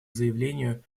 заявлению